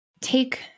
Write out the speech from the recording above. Take